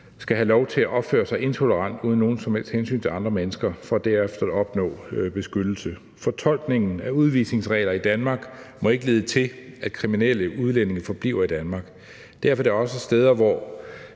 skal have lov til at opføre sig intolerant uden nogen som helst hensyn til andre mennesker for derefter at opnå beskyttelse. Fortolkningen af udvisningsregler i Danmark må ikke lede til, at kriminelle udlændinge forbliver i Danmark. Derfor er der også steder, hvor